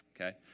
Okay